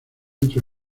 entre